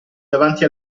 davanti